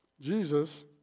Jesus